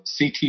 CT